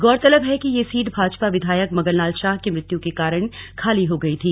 गौरतलब है कि यह सीट भाजपा विधायक मगनलाल शाह की मृत्य के कारण खाली हो गई थी